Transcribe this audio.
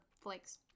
flakes